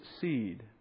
seed